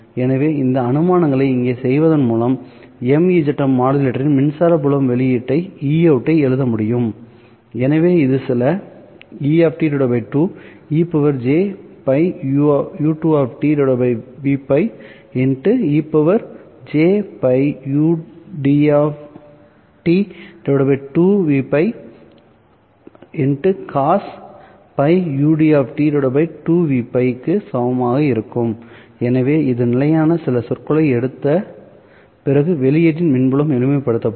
எனவே இந்த அனுமானங்களை இங்கே செய்வதன் மூலம் MZM மாடுலேட்டரின் மின்சார புலம் வெளியீட்டை Eout எழுத முடியும் எனவே இது சில க்கு சமமாக இருக்கும் எனவே இது நிலையான சில சொற்களை எடுத்த பிறகு வெளியீட்டின் மின் புலம் எளிமைப்படுத்தப்படும்